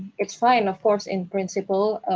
its fine, of course, in principle,